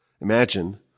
Imagine